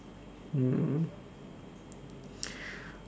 mm